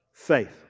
Faith